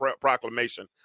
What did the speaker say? proclamation